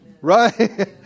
Right